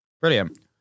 Brilliant